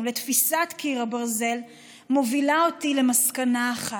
לתפיסת קיר הברזל מובילים אותי למסקנה אחת: